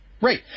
Right